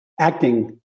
acting